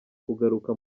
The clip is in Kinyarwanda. kugaruka